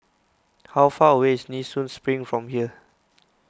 how far away is Nee Soon Spring from here